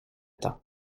temps